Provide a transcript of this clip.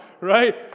right